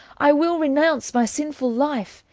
i will renounce my sinfull life,